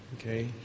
okay